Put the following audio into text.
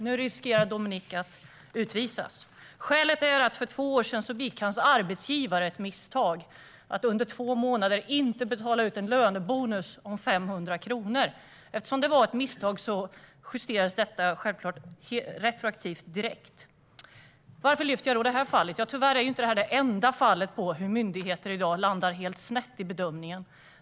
Nu riskerar Dominic att utvisas. Skälet är att hans arbetsgivare för två år sedan begick ett misstag genom att under två månader inte betala ut en lönebonus om 500 kronor. Eftersom det var ett misstag justerades detta självklart direkt retroaktivt. Varför lyfter jag då upp det här fallet? Tyvärr är detta inte det enda exemplet på hur myndigheter i dag landar helt snett i bedömningen.